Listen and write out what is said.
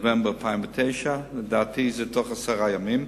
נובמבר 2009, לדעתי תוך עשרה ימים.